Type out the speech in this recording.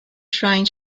trying